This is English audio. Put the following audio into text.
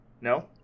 No